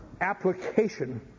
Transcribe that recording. application